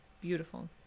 Beautiful